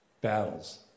battles